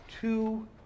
two